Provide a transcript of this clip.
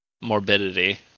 morbidity